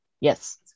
yes